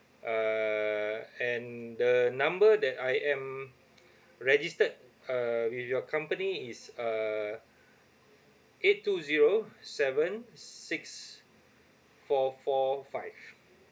uh and the number that I am registered uh with your company is uh eight two zero seven six four four five